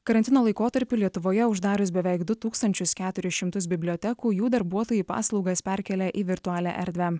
karantino laikotarpiu lietuvoje uždarius beveik du tūkstančius keturis šimtus bibliotekų jų darbuotojai paslaugas perkėlė į virtualią erdvę